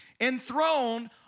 enthroned